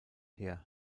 her